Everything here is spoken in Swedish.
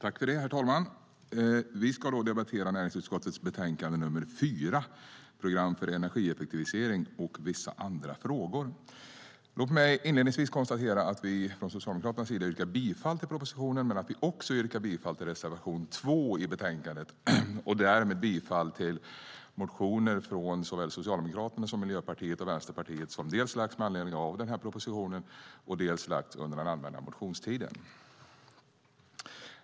Herr talman! Vi ska debattera näringsutskottets betänkande nr 4, Program för energieffektivisering och vissa andra frågor . Låt mig inledningsvis konstatera att vi från Socialdemokraterna yrkar bifall till propositionen, men att vi också yrkar bifall till reservation 2 i betänkandet och därmed bifall till motioner från såväl Socialdemokraterna som Miljöpartiet och Vänsterpartiet som dels väckts med anledning av den här propositionen, dels väckts under den allmänna motionstiden.